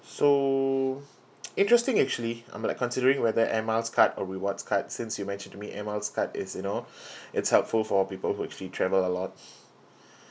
so interesting actually I'm like considering whether air miles card or rewards card since you mentioned to me air miles card is you know is helpful for people who actually travel a lot